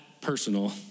personal